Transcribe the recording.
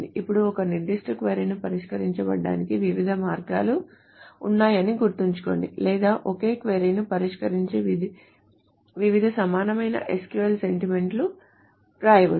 ఇప్పుడు ఒక నిర్దిష్ట క్వరీ ను పరిష్కరించడానికి వివిధ మార్గాలు ఉన్నాయని గుర్తుంచుకోండి లేదా ఒకే క్వరీ ను పరిష్కరించే వివిధ సమానమైన SQL స్టేట్మెంట్లు వ్రాయవచ్చు